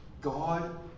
God